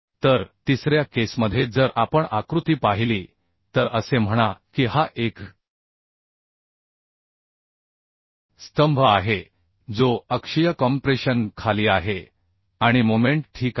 तर तिसऱ्या केसमध्ये जर आपण आकृती पाहिली तर असे म्हणा की हा एक स्तंभ आहे जो अक्षीयकॉम्प्रेशन खाली आहे आणिमोमेंट ठीक आहे